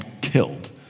killed